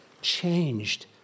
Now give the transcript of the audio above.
changed